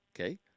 Okay